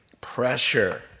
pressure